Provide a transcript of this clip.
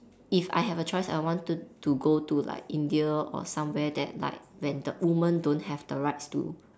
if I have a choice I want to to go to like India or somewhere there like where the women don't have the rights to